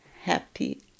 happy